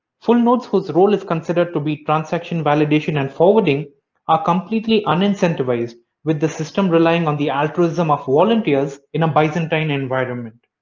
full nodes whose role is considered to be transaction validation and forwarding are completely unincentivized with the system relying on the altruism of volunteers in a byzantine environment.